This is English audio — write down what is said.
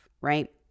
right